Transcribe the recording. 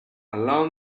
allow